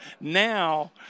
Now